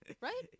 right